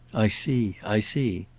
i see, i see.